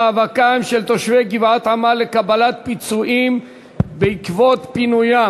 מאבקם של תושבי גבעת-עמל לקבל פיצויים בעקבות פינוים.